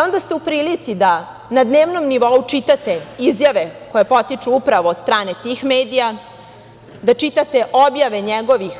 Onda ste u prilici da na dnevnom nivou čitate izjave koje potiču upravo od strane tih medija, da čitate objave njegovih